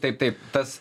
taip taip tas